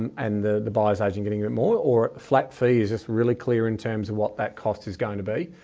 and and the, the buyer's agent getting a bit more or flat fee is just really clear in terms of what that cost is going to be.